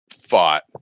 fought